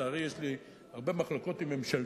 לצערי יש לי הרבה מחלוקות עם ממשלתו.